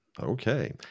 Okay